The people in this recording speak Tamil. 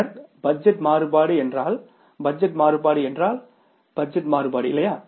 பின்னர் பட்ஜெட் மாறுபாடு என்றால் பட்ஜெட் மாறுபாடு என்றால் பட்ஜெட் மாறுபாடு இல்லையா